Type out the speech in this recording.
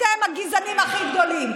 אתם הגזענים הכי גדולים.